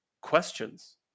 questions